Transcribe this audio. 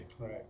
right